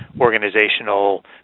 organizational